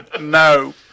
No